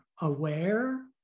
aware